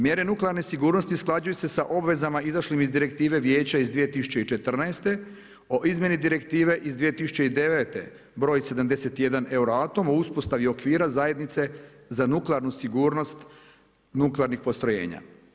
Mjere nuklearne sigurnosti usklađuju se sa obvezama izašlim iz Direktive Vijeća iz 2014. o izmjeni Direktive iz 2009. broj 71 euroatom o uspostavi okvira zajednice za nuklearnu sigurnost nuklearnih postrojenja.